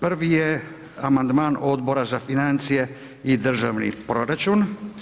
Prvi je amandman Odbora za financije i državni proračun.